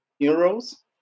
funerals